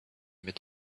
met